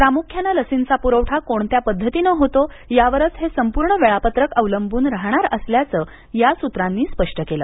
प्रामुख्यानं लसींचा पुरवठा कोणत्या पद्धतीनं होतो यावरच हे संपूर्ण वेळापत्रक अवलंबून राहणार असल्याचं या सूत्रांनी स्पष्ट केलं